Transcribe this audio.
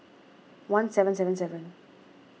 one seven seven seven